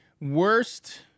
Worst